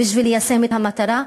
בשביל ליישם את המטרה.